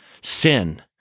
Sin